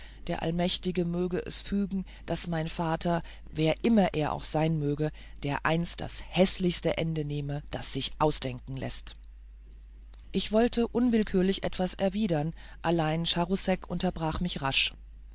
der allmächtige wolle es fügen daß mein vater wer immer er auch sein möge dereinst das gräßlichste ende nehme das sich ausdenken läßt ich wollte unwillkürlich etwas erwidern allein charousek unterbrach mich rasch